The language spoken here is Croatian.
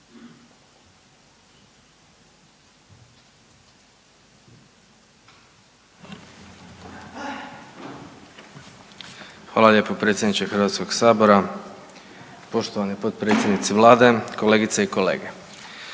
Hvala lijepo predsjedniče Hrvatskog sabora. Poštovani potpredsjednici Vlade, kolegice i kolege